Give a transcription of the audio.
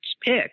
pick